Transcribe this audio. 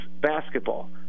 basketball